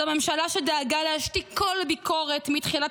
זו ממשלה שדאגה להשתיק כל ביקורת מתחילת